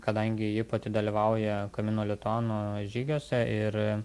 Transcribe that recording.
kadangi ji pati dalyvauja camino lituano žygiuose ir